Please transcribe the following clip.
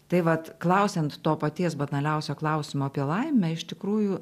tai vat klausiant to paties banaliausio klausimo apie laimę iš tikrųjų